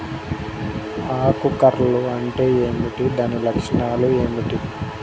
ఆకు కర్ల్ అంటే ఏమిటి? దాని లక్షణాలు ఏమిటి?